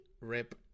Rip